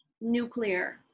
nuclear